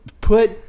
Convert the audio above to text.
put